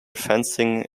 fencing